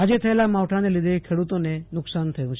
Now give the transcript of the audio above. આજે થયેલા માવઠાને લીધે પ્રેડ્રતોને નુકશાન થયું છે